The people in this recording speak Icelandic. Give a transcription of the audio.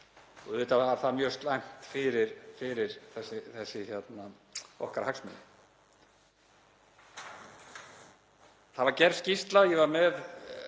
og auðvitað var það mjög slæmt fyrir okkar hagsmuni. Það var gerð skýrsla, ég óskaði